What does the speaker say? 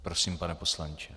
Prosím, pane poslanče.